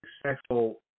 successful